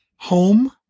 Home